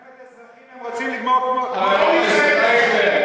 מלחמת אזרחים הם רוצים, חבר הכנסת אייכלר.